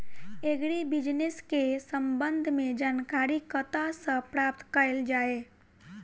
Agri business केँ संबंध मे जानकारी कतह सऽ प्राप्त कैल जाए?